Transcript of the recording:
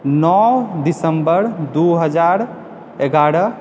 नओ दिसम्बर दू हजार एगारह